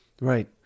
Right